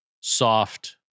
soft